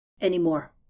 anymore